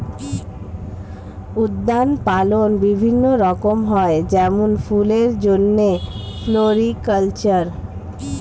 উদ্যান পালন বিভিন্ন রকম হয় যেমন ফুলের জন্যে ফ্লোরিকালচার